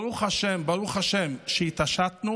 ברוך השם, ברוך השם שהתעשתנו,